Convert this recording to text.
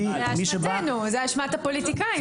זוהי אשמתנו; אשמת הפוליטיקאים.